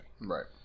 Right